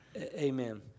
Amen